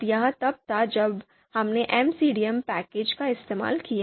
अब यह तब था जब हमने MCDAपैकेज का इस्तेमाल किया